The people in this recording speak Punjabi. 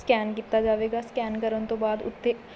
ਸਕੈਨ ਕੀਤਾ ਜਾਵੇਗਾ ਸਕੈਨ ਕਰਨ ਤੋਂ ਬਾਅਦ ਉੱਥੇ